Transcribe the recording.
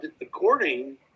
according